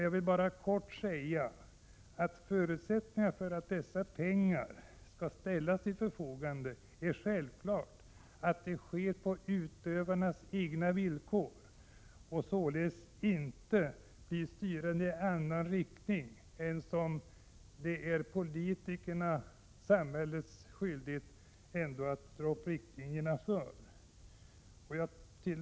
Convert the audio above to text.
Jag vill bara kortfattat nämna att förutsättningen är att dessa pengar ställs till förfogande på utövarnas egna villkor och att de således inte blir styrande i annan riktning än den politikerna och samhället i enlighet med sina skyldigheter har dragit upp riktlinjerna för.